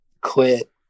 quit